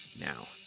now